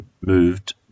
moved